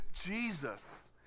Jesus